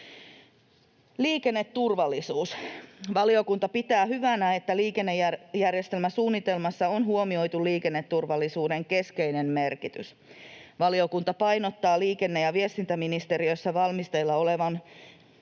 Liikenneturvallisuus: Valiokunta pitää hyvänä, että liikennejärjestelmäsuunnitelmassa on huomioitu liikenneturvallisuuden keskeinen merkitys. Valiokunta painottaa liikenne- ja viestintäministeriössä valmisteilla olevan